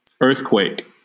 Earthquake